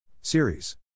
Series